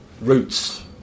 roots